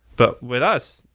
but with us,